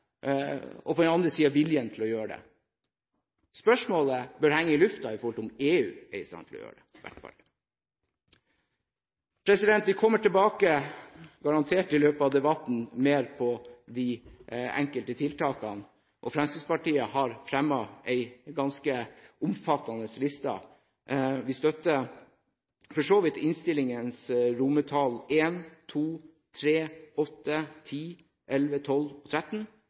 kunne bære den allokering av ressurser som dette krever, og vilje til å gjøre det? Spørsmålet bør henge i luften om hvorvidt EU er i stand til å gjøre det – i hvert fall. Vi kommer garantert tilbake vedrørende de enkelte tiltakene i løpet av debatten. Fremskrittspartiet har fremmet en ganske omfattende liste. Vi støtter for så vidt innstillingens I, II, III, VIII, X, XI, XII og